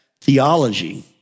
theology